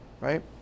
Right